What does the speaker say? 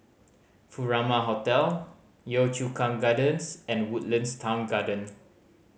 Furama Hotel Yio Chu Kang Gardens and Woodlands Town Garden